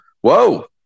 whoa